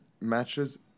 matches